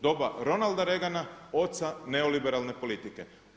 Doba Ronalda Regana, oca neoliberalne politike.